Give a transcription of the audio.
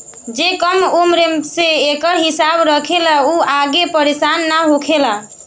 जे कम उम्र से एकर हिसाब रखेला उ आगे परेसान ना होखेला